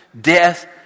death